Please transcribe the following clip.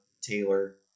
Taylor